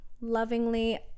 lovingly